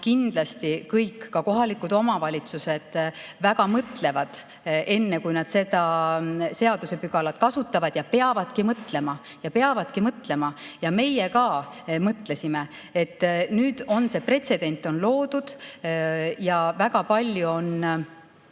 kindlasti kõik, ka kohalikud omavalitsused väga mõtlevad enne, kui nad seda seadusepügalat kasutavad. Ja peavadki mõtlema. Ja peavadki mõtlema! Ja meie ka mõtlesime, et nüüd on see pretsedent loodud ja väga palju on